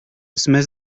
jsme